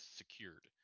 secured